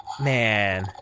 man